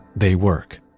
they work.